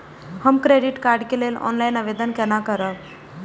हम credit card के लेल ऑनलाइन आवेदन केना करब?